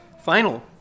final